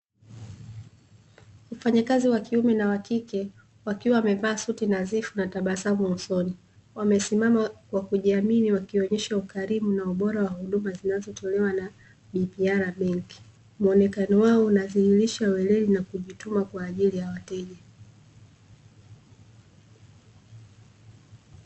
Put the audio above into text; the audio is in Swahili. Mfanyakazi wa kiume na wakike wakiwa wamevaa suti nadhifu na tabasamu usoni, wamesimama kwa kujiamini wakionyesha ukarimu na ubora wa huduma zinazotolewa na Bpr benki, mwonekano wao unadhihirisha weledi na kujituma kwa ajili ya wateja.